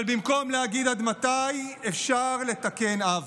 אבל במקום להגיד "עד מתי", אפשר לתקן עוול,